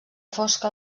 fosca